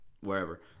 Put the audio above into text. wherever